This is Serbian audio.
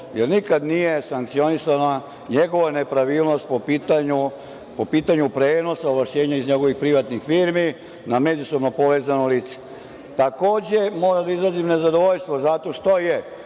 jer nikada nije sankcionisana njegova nepravilnost po pitanju prenosa ovlašćenja iz njegovih privatnih firmi na međusobno povezano lice. Takođe, moram da izrazim nezadovoljstvo zato što je